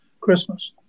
Christmas